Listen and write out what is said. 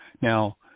Now